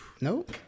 Nope